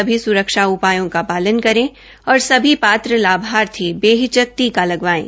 सभी सूरक्षा उपायों का पालन करें और सभी पात्र लाभार्थी बेहिचक टीका लगवाएं